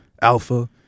Alpha